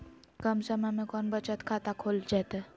कम समय में कौन बचत खाता खोले जयते?